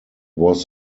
was